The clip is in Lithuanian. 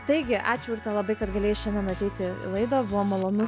taigi ačiū urte labai kad galėjai šiandien ateiti į laidą buvo malonu